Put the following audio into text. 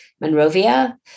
Monrovia